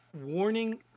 warning